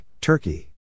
Turkey